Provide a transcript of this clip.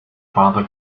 father